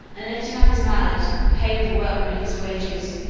and lifting up his mallet, paid the workman his wages,